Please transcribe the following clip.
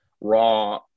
raw